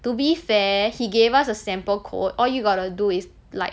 to be fair he gave us a sample code all you got to do is like